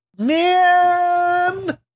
Man